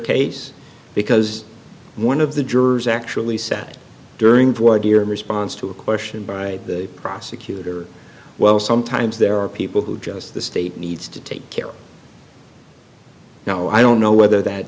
case because one of the jurors actually sat during voir dire in response to a question by the prosecutor well sometimes there are people who just the state needs to take care now i don't know whether that